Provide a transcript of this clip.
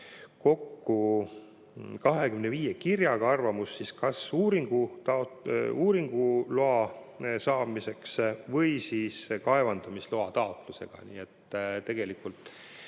kokku 25 kirjaga arvamust kas uuringuloa saamiseks või siis kaevandamisloa taotluseks. Nii et tegelikult